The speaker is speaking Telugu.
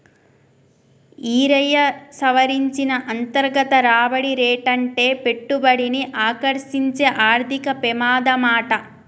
ఈరయ్యా, సవరించిన అంతర్గత రాబడి రేటంటే పెట్టుబడిని ఆకర్సించే ఆర్థిక పెమాదమాట